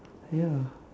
ya